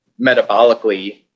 metabolically